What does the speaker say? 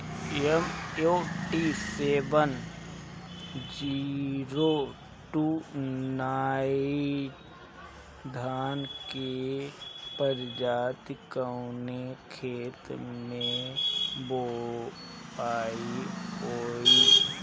MUT seven zero two nine धान के प्रजाति कवने खेत मै बोआई होई?